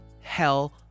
hell